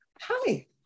hi